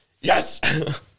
Yes